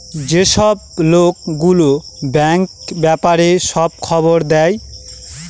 যেসব লোক গুলো ব্যাঙ্কের ব্যাপারে সব খবর দেয়